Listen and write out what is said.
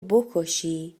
بکشی